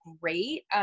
great